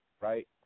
right